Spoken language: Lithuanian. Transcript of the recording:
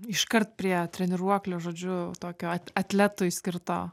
iškart prie treniruoklio žodžiu tokio atletui skirto